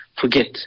forget